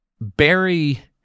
Barry